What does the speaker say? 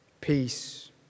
peace